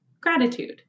Gratitude